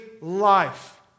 life